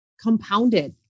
compounded